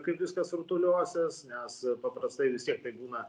kaip viskas rutuliosis nes paprastai vis tiek tai būna